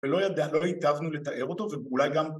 ‫ולא היטבנו לתאר אותו, ואולי גם...